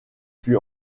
fut